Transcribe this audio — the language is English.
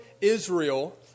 Israel